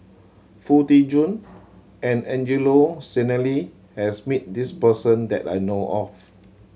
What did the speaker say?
Foo Tee Jun and Angelo Sanelli has meet this person that I know of